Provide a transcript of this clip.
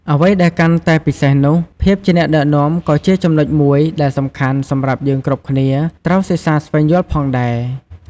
អ្វីដែលកាន់តែពិសេសនោះ ភាពជាអ្នកដឹកនាំក៏ជាចំណុចមួយដែលសំខាន់សម្រាប់យើងគ្រប់គ្នាត្រូវសិក្សាស្វែងយល់ផងដែរ។